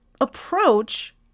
Approach